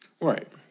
Right